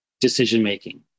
decision-making